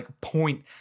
point